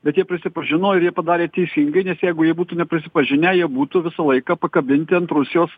bet jie prisipažino ir jie padarė teisingai nes jeigu jie būtų neprisipažinę jie būtų visą laiką pakabinti ant rusijos